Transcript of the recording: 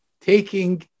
taking